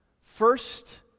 First